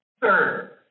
Third